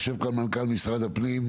יושב כאן מנכ"ל חדש במשרד הפנים,